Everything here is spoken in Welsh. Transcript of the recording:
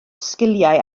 sgiliau